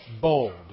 bold